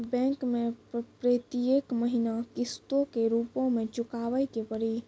Bank मैं प्रेतियेक महीना किस्तो के रूप मे चुकाबै के पड़ी?